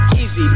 easy